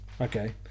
okay